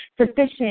sufficient